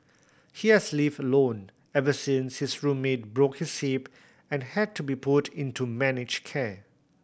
he has lived alone ever since his roommate broke his hip and had to be put into managed care